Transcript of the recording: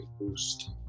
boost